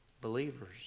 believers